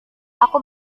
aku